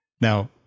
Now